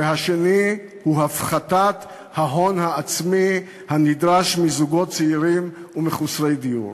והשני הוא הפחתת ההון העצמי הנדרש מזוגות צעירים ומחוסרי דיור.